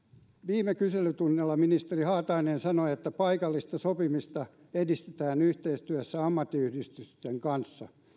viime kyselytunnilla ministeri haatainen sanoi että paikallista sopimista edistetään yhteistyössä ammattiyhdistysten kanssa